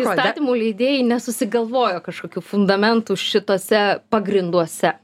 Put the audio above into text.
įstatymų leidėjai nesusigalvojo kažkokių fundamentų šituose pagrinduose